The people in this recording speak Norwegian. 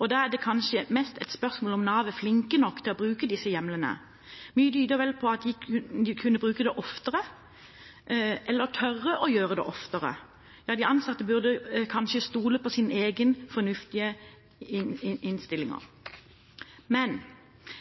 og da er det kanskje mest et spørsmål om Nav er flinke nok til å bruke disse hjemlene. Mye tyder vel på at de kunne brukt dem oftere eller tørre å gjøre det oftere. De ansatte burde kanskje stole på sin egen fornuftige innstilling.